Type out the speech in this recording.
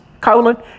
colon